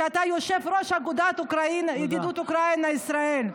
שאתה יושב-ראש אגודת ידידות אוקראינה-ישראל,